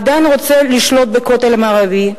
עדיין רוצה לשלוט בכותל המערבי,